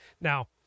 now